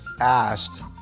asked